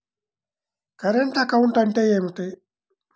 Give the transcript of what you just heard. Current account అంటే ఏమిటి?